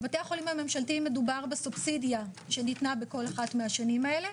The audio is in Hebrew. בבתי החולים הממשלתיים מדובר בסובסידיה שניתנה בכל אחת מהשנים האלה,